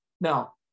Now